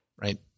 right